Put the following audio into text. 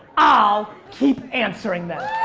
i'll keep answering them.